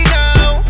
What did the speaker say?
now